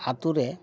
ᱟᱛᱳᱨᱮ